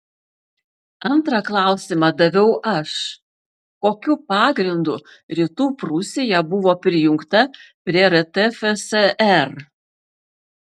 antrą klausimą daviau aš kokiu pagrindu rytų prūsija buvo prijungta prie rtfsr